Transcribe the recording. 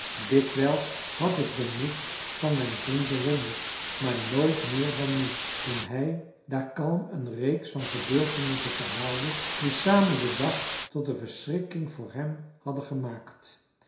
dikwijls had ik den moed van mijn vriend bewonderd maar nooit meer dan nu toen hij daar kalm een reeks van gebeurtenissen verhaalde die samen den dag tot een verschrikking voor hem hadden gemaakt